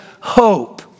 hope